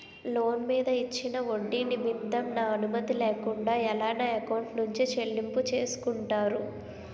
Loan మీద ఇచ్చిన ఒడ్డి నిమిత్తం నా అనుమతి లేకుండా ఎలా నా ఎకౌంట్ నుంచి చెల్లింపు చేసుకుంటారు?